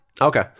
Okay